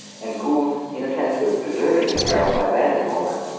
and gould, in a sense, was preserving himself by abandoning all that.